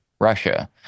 Russia